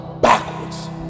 backwards